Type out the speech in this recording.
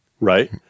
right